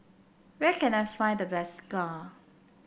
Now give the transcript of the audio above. where can I find the best Acar